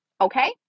Okay